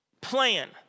plan